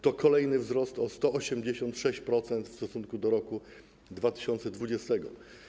To kolejny wzrost, o 186% w stosunku do roku 2020.